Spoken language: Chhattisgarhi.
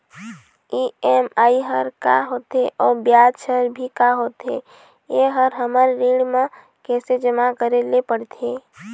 ई.एम.आई हर का होथे अऊ ब्याज हर भी का होथे ये हर हमर ऋण मा कैसे जमा करे ले पड़ते?